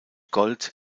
gold